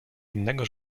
innego